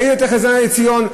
אין יותר חזרה לציון.